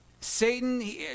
Satan